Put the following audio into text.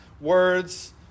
words